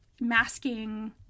masking